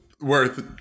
worth